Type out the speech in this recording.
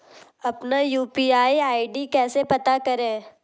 अपना UPI ID कैसे पता करें?